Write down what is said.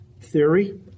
theory